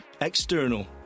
External